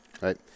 Right